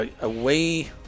away